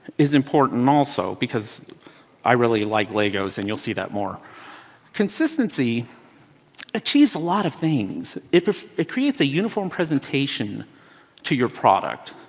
is important also, because i really like legos, and you'll see that more consistency achieves a lot of things. it creates a uniform presentation to your product,